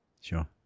Sure